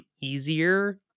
easier